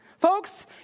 Folks